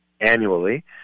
annually